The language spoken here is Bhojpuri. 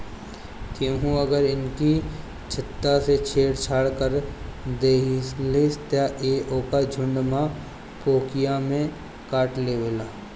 केहू अगर इनकी छत्ता से छेड़ छाड़ कर देहलस त इ ओके झुण्ड में पोकिया में काटलेवेला